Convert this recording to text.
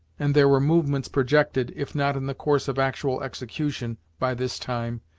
and there were movements projected, if not in the course of actual execution, by this time,